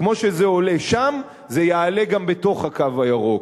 כמו שזה עולה שם זה יעלה גם בתוך "הקו הירוק".